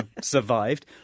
survived